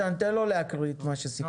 איתן, תן לו להקריא את מה שסיכמנו.